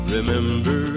Remember